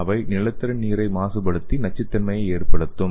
இவை நிலத்தடி நீரை மாசுபடுத்தி நச்சுத்தன்மையை ஏற்படுத்தும்